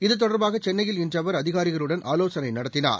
இது தொடர்பாக சென்னையில் இன்று அவர் அதிகாரிகளுடன் ஆலோசனை நடத்தினார்